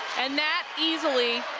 and that easily